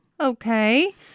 Okay